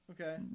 Okay